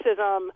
racism